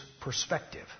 perspective